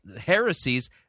heresies